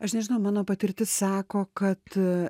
aš nežinau mano patirtis sako kad